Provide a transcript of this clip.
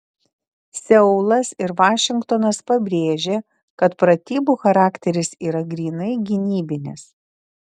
seulas ir vašingtonas pabrėžė kad pratybų charakteris yra grynai gynybinis